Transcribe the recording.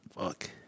Fuck